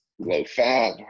low-fat